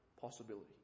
possibility